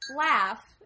laugh